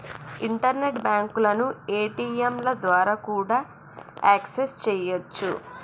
internet బ్యాంకులను ఏ.టీ.యంల ద్వారా కూడా యాక్సెస్ చెయ్యొచ్చు